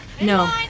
No